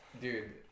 dude